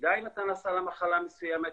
תדע אם אתה נשא למחלה מסוימת,